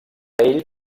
ell